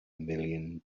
million